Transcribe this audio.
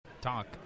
talk